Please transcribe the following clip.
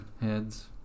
heads